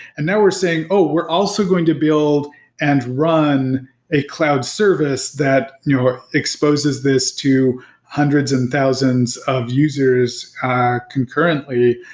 and now we're saying, oh! we're also going to build and run a cloud service that exposes this to hundreds and thousands of users concurrently.